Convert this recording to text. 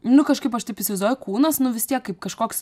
nu kažkaip aš taip įsivaizduoju kūnas nu vis tiek kaip kažkoks